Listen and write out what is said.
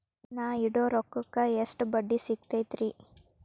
ನಾ ಇಡೋ ರೊಕ್ಕಕ್ ಎಷ್ಟ ಬಡ್ಡಿ ಸಿಕ್ತೈತ್ರಿ?